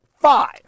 five